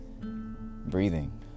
Breathing